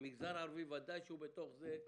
והמגזר הערבי בוודאי בתוך זה.